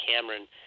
Cameron